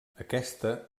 aquesta